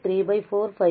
ಪಡೆಯುತ್ತೇವೆ